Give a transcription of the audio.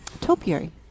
topiary